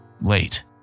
Late